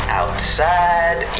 outside